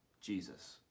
Jesus